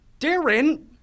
Darren